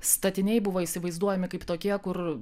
statiniai buvo įsivaizduojami kaip tokie kur